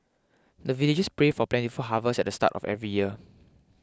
the villagers pray for plentiful harvest at the start of every year